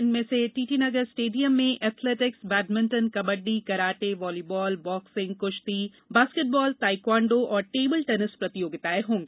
इनमें से टीटी नगर स्टेडियम में athletics badminton kabaddi karate volleyball boxing कृश्ती बॉस्केट बॉल ताईक्वांडो और टेबल टेनिस प्रतियोगिताएं होंगी